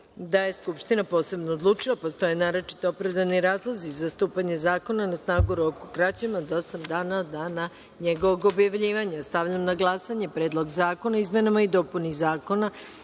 Narodna skupština posebno odlučila da postoje naročito opravdani razlozi za stupanje zakona na snagu u roku kraćem od osam dana od dana njegovog objavljivanja. Stavljam na glasanje Predlog zakona o regulisanju